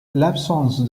l’absence